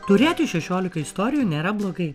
turėti šešiolika istorijų nėra blogai